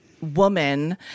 woman